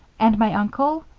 and my uncle?